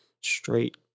straight